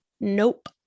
nope